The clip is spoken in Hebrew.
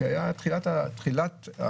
כשהיה תחילת הקורונה,